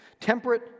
temperate